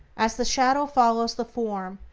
as the shadow follows the form,